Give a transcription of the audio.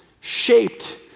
shaped